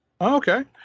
okay